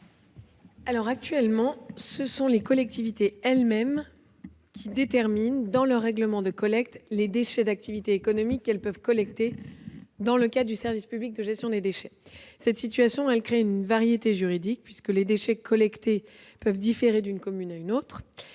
? Actuellement, ce sont les collectivités territoriales elles-mêmes qui déterminent, dans leur règlement de collecte, quels déchets d'activités économiques elles peuvent collecter dans le cadre du service public de gestion des déchets. Cette situation est source de variété juridique, puisque les déchets collectés peuvent différer d'une commune à une autre